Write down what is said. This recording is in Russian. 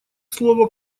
слово